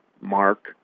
Mark